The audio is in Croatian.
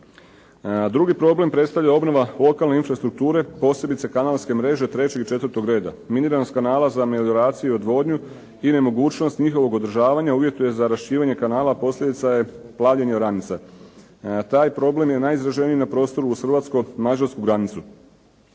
Drugi problem predstavlja obnova lokalne infrastrukture, posebice kanalske mreže trećeg i četvrtog reda … /Govornik se ne razumije./ … za medioraciju i odvodnju i nemogućnost njihovog održavanja uvjetuje za raščišćivanje kanala posljedica je plavljenja oranice. Taj problem je najizraženiji na prostoru uz hrvatsko-mađarsku granicu.